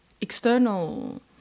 external